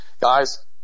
Guys